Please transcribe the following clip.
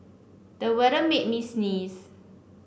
the weather made me sneeze